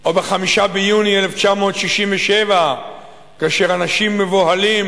או ב-5 ביוני 1967 כאשר אנשים מבוהלים